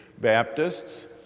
Baptists